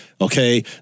Okay